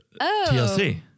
TLC